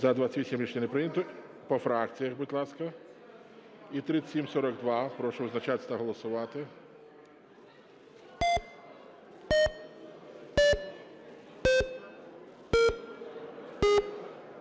За-28 Рішення не прийнято. По фракціях, будь ласка. І 3742. Прошу визначатись та голосувати.